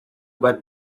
back